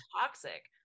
toxic